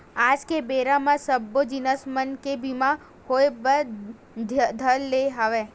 आज के बेरा म सब्बो जिनिस मन के बीमा होय बर धर ले हवय